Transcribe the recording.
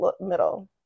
middle